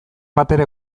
batere